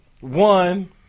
One